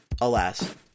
alas